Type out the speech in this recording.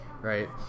right